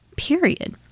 period